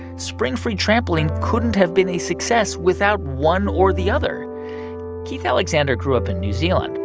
springfree trampoline couldn't have been a success without one or the other keith alexander grew up in new zealand.